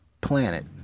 Planet